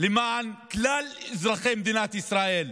למען כלל אזרחי מדינת ישראל,